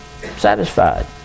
Satisfied